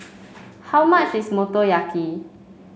how much is Motoyaki